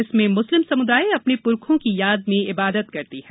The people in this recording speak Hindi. इसमें मुस्लिम समुदाय अपने पुरखों की याद में इबादत करते हैं